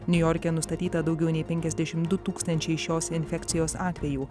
niujorke nustatyta daugiau nei penkiasdešimt du tūkstančiai šios infekcijos atvejų